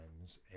times